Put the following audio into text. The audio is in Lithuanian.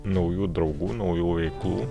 naujų draugų naujų veiklų